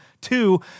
two